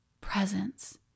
presence